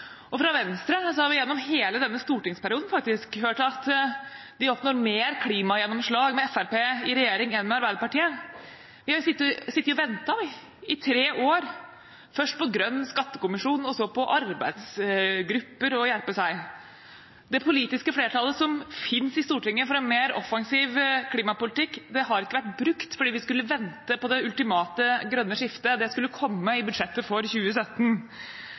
og fra Venstre har vi gjennom hele denne stortingsperioden faktisk hørt at de oppnår mer klimagjennomslag med Fremskrittspartiet i regjering enn med Arbeiderpartiet. Vi har sittet og ventet, vi, i tre år, først på grønn skattekommisjon og så på arbeidsgrupper. Det politiske flertallet som finnes i Stortinget for en mer offensiv klimapolitikk, har ikke vært brukt fordi vi skulle vente på det ultimate grønne skiftet, og det skulle komme i budsjettet for 2017.